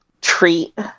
treat